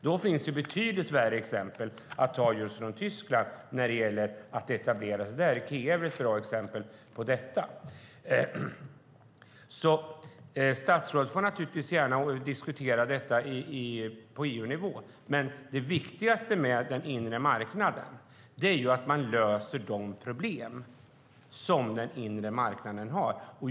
Då finns det betydligt värre exempel just från Tyskland när det gäller att etablera sig där; Ikea är väl ett bra exempel på detta. Statsrådet får alltså naturligtvis gärna diskutera detta på EU-nivå, men det viktigaste med den inre marknaden är att man löser de problem den inre marknaden har.